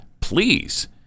please